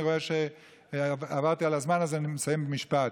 אני רואה שעברתי על הזמן, אז אני מסיים במשפט.